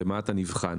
במה אתה נבחן?